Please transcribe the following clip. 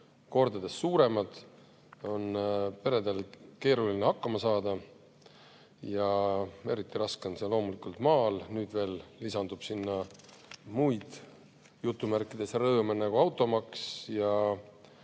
kordades suuremad, on peredel keeruline hakkama saada. Eriti raske on loomulikult maal. Nüüd veel lisandub sinna muid "rõõme", nagu automaks,